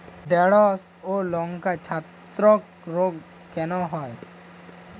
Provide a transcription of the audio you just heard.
ঢ্যেড়স ও লঙ্কায় ছত্রাক রোগ কেন হয়?